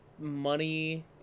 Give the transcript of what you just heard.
money